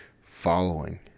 following